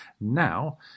Now